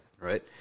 right